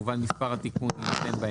התשפ"ג "2023 כמובן שאת מס' התיקון ניתן בהמשך.